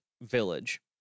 village